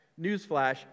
newsflash